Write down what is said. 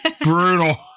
Brutal